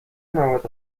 مواد